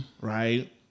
Right